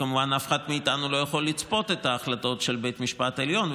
וכמובן אף אחד מאיתנו לא יכול לצפות את ההחלטות של בית המשפט העליון,